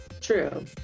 True